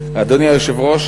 אדוני היושב-ראש,